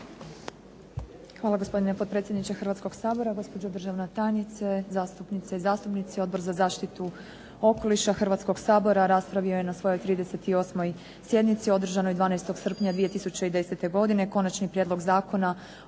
Hvala gospodine potpredsjedniče Hrvatskoga sabora, gospođo državna tajnice, zastupnice i zastupnici. Odbor za zaštitu okoliša Hrvatskoga sabora raspravio je na svojoj 38. sjednici održanoj 12. srpnja 2010. godine Konačni prijedlog zakona